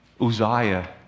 Uzziah